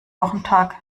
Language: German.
wochentag